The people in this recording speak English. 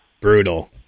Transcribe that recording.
Brutal